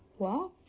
well,